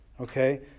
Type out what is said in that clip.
Okay